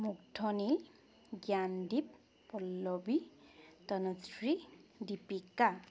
Mugdhani Gyandeep Pallavi Tanushree Deepika